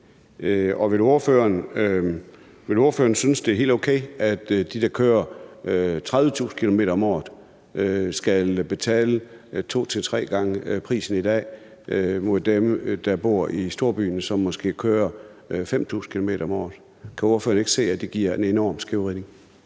Vil ordføreren synes, det er helt okay, at dem, der kører 30.000 km om året, skal betale to til tre gange prisen i dag i forhold til dem, der bor i storbyen, som måske kører 5.000 km om året? Kan ordføreren ikke se, at det giver en enorm skævvridning?